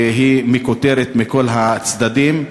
שמכותרת מכל הצדדים.